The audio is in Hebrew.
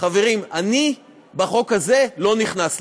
חברים, אני, בחוק הזה, לא נכנס לזה.